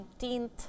19th